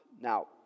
Now